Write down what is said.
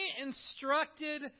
instructed